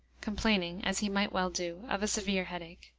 complaining, as he might well do, of a severe headache.